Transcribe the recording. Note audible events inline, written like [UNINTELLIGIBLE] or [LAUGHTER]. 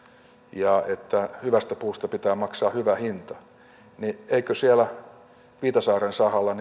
ja että hyvästä puusta pitää maksaa hyvä hinta niin kai siellä viitasaaren sahalla [UNINTELLIGIBLE]